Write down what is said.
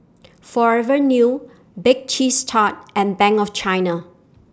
Forever New Bake Cheese Tart and Bank of China